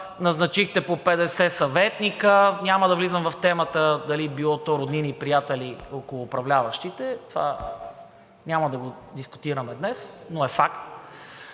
назначихте по 50 съветници, няма да влизам в темата дали било то роднини, приятели около управляващите – това няма да го дискутираме днес, но е факт,